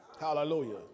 Hallelujah